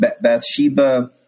Bathsheba